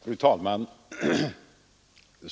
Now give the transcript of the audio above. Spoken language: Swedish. Fru talman!